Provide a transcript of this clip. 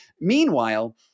Meanwhile